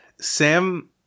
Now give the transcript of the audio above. Sam